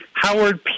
Howard